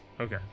Okay